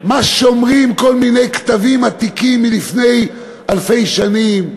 מה שומרים כל מיני כתבים עתיקים מלפני אלפי שנים?